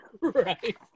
Right